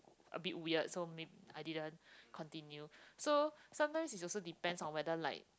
a bit weird so maybe I didn't continue so sometimes it's also depends on whether like